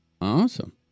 Awesome